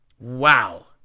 Wow